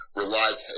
relies